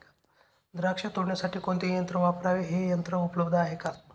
द्राक्ष तोडण्यासाठी कोणते यंत्र वापरावे? हे यंत्र उपलब्ध आहे का?